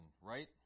right